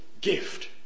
gift